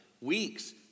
weeks